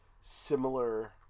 similar